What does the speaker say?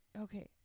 Okay